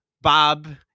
Bob